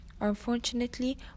Unfortunately